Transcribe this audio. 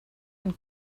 and